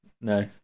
No